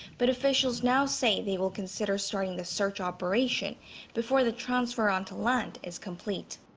but officials now say they will consider starting the search operation before the transfer onto land is complete.